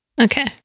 Okay